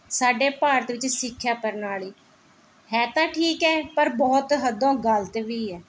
ਸਾਡੇ ਭਾਰਤ ਵਿੱਚ ਸਿੱਖਿਆ ਪ੍ਰਣਾਲੀ ਹੈ ਤਾਂ ਠੀਕ ਹੈ ਪਰ ਬਹੁਤ ਹੱਦੋਂ ਗ਼ਲਤ ਵੀ ਹੈ